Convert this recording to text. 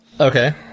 Okay